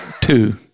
two